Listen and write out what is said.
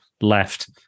left